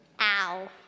Ow